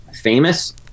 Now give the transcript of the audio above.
Famous